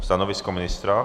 Stanovisko ministra?